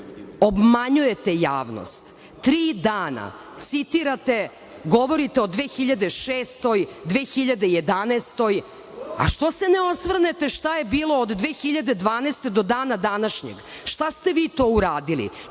obmanjujete javnost, tri dana citirate i govorite o 2006, 2011. godini. A što se ne osvrnete šta je bilo od 2012. do dana današnjeg? Šta ste vi to uradili?